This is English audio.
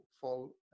fall